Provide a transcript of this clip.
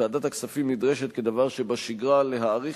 וועדת הכספים נדרשת כדבר שבשגרה להאריך